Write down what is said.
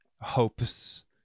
Hopes